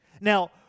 Now